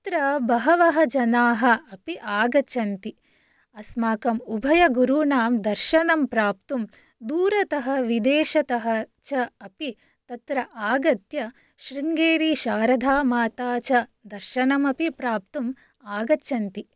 तत्र बहवः जनाः अपि आगच्छन्ति अस्माकम् उभयगुरूणां दर्शनं प्राप्तुं दूरतः विदेशतः च अपि तत्र आगत्य शृङ्गेरी शारदामाता च दर्शनमपि प्राप्तुम् आगच्छन्ति